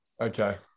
Okay